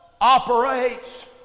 operates